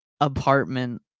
apartment